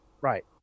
Right